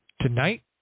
Tonight